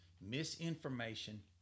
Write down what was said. misinformation